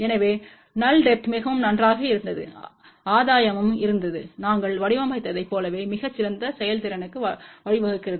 எனவே நல் டெப்த் மிகவும் நன்றாக இருந்தது ஆதாயமும் இருந்தது நாங்கள் வடிவமைத்ததைப் போலவே மிகச் சிறந்த செயல்திறனுக்கும் வழிவகுக்கிறது